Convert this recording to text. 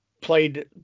played